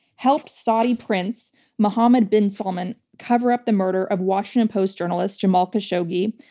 helped saudi prince mohammed bin salman cover up the murder of washington post journalist jamal khashoggi,